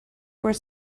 were